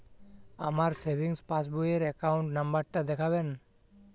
আমার savings passbook র account number টা দেখাবেন?